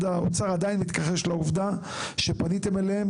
האוצר עדיין מתכחש לעובדה שפניתם אליהם,